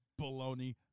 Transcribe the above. baloney